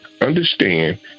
understand